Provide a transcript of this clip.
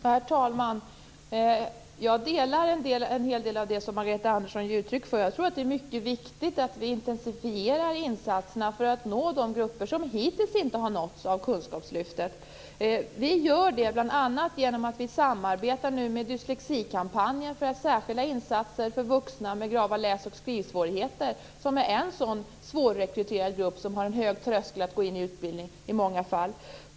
Herr talman! Jag delar i mycket den uppfattning som Margareta Andersson ger uttryck för här. Det är viktigt att vi intensifierar insatserna för att nå de grupper som hittills inte har nåtts av kunskapslyftet. Vi gör det bl.a. genom att nu samarbeta med dyslexikampanjen, för att göra särskilda insatser för vuxna med grava läs och skrivsvårigheter. Det är en svårrekryterad grupp, som i många fall har en hög tröskel för att gå in i utbildning.